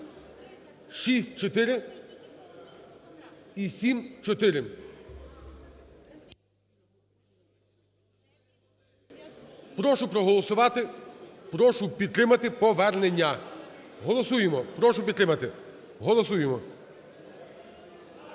6474. Прошу проголосувати, прошу підтримати повернення. Голосуємо, прошу підтримати. Голосуємо.